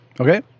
Okay